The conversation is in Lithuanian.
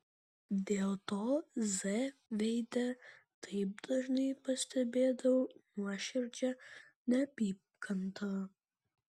dėl to z veide taip dažnai pastebėdavau nuoširdžią neapykantą